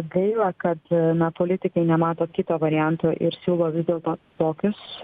gaila kad na politikai nemato kito varianto ir siūlo vis dėlto tokius